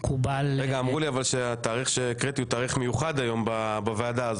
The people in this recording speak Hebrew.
אמרו לי שהתאריך שהקראתי הוא תאריך מיוחד היום בוועדה הזאת.